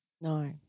No